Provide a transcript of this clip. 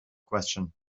question